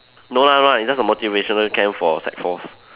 no lah no lah it's just a motivational camp for sec fours